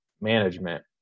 management